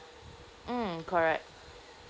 mm correct